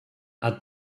add